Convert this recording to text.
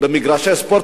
במגרשי ספורט,